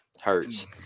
hurts